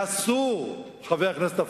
אסור, חבר הכנסת אפללו,